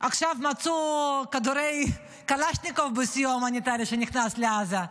עכשיו מצאו כדורי קלצ'ניקוב בסיוע ההומניטרי שנכנס לעזה.